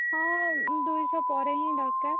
ହଁ ଦୁଇଶହ ପରେ ହିଁ ଦରକାର